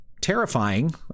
terrifying